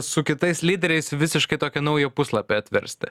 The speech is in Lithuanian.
su kitais lyderiais visiškai tokį naują puslapį atversti